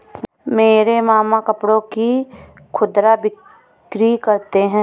मेरे मामा कपड़ों की खुदरा बिक्री करते हैं